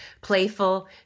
playful